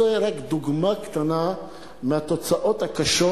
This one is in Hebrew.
זו רק דוגמה קטנה של התוצאות הקשות,